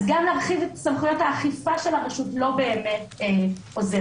אז גם להרחיב את סמכויות האכיפה של הרשות לא באמת עוזר.